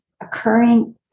occurring